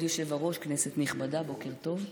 כבוד היושב-ראש, כנסת נכבדה, בוקר טוב.